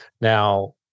Now